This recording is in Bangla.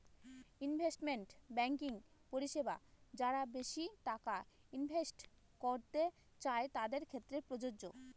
ইনভেস্টমেন্ট ব্যাঙ্কিং পরিষেবা যারা বেশি টাকা ইনভেস্ট করতে চাই তাদের ক্ষেত্রে প্রযোজ্য